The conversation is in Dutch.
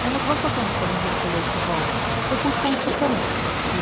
en wat was dat dan voor een miraculeus geval dat moet gij ons vertellen